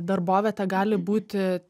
darbovietė gali būti